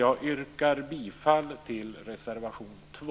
Jag yrkar bifall till reservation 2.